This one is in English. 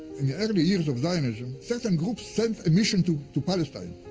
in the early years of zionism, certain groups sent a mission to to palestine,